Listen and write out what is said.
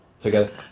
Together